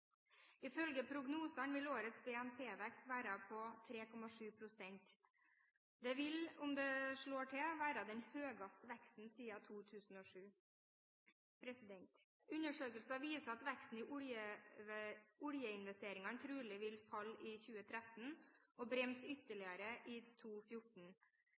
Ifølge prognosene vil årets BNP-vekst være på 3,7 pst. Det vil – om det slår til – være den høyeste veksten siden 2007. Undersøkelser viser at veksten i oljeinvesteringene trolig vil falle i 2013 og bremse ytterligere i